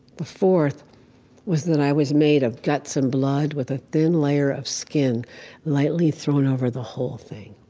the fourth was that i was made of guts and blood with a thin layer of skin lightly thrown over the whole thing.